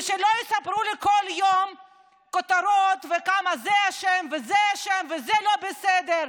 ושלא יספרו לי כל יום בכותרות כמה זה אשם וזה אשם וזה לא בסדר,